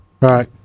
Right